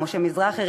משה מזרחי,